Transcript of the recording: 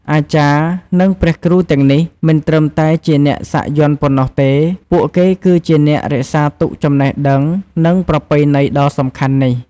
អាចារ្យ និងព្រះគ្រូទាំងនេះមិនត្រឹមតែជាអ្នកសាក់ប៉ុណ្ណោះទេ ពួកគេគឺជាអ្នករក្សាទុកចំណេះដឹង និងប្រពៃណីដ៏សំខាន់នេះ។